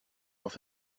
auf